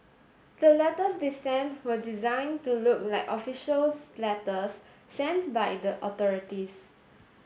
the letters they sent were designed to look like official letters sent by the authorities